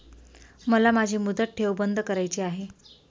मला माझी मुदत ठेव बंद करायची आहे